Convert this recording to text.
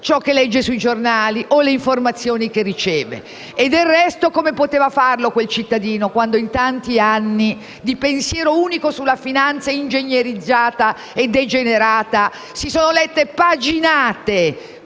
ciò che legge sui giornali o le informazioni che riceve. Del resto, come poteva farlo quel cittadino quando in tanti anni di pensiero unico sulla finanza ingegnerizzata e degenerata si sono lette intere